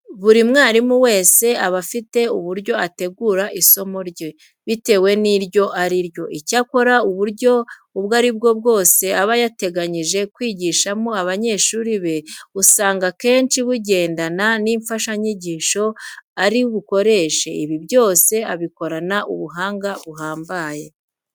Buri mwarimu wese aba afite uburyo ategura isomo rye bitewe n'iryo ari ryo. Icyakora uburyo ubwo ari bwo bwose aba yateganyije kwigishamo abanyeshuri be, usanga akenshi bugendana n'imfashanyigisho aba ari bukoreshe. Ibi byose abikorana ubuhanga buhambaye.